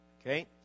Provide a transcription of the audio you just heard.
Okay